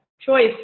choice